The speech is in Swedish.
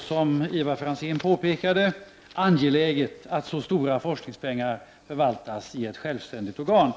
Som Ivar Franzén påpekade är det angeläget att så stora forskningspengar förvaltas i ett självständigt organ.